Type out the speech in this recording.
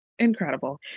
Incredible